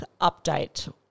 update